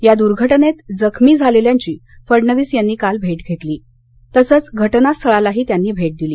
या दुर्घटनेत जखमी झालेल्यांची फडणवीस यांनी काल भेट घेतली तसंच घटनास्थळालाही त्यांनी भेट दिली